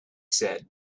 said